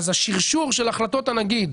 אז השרשור של החלטות הנגיד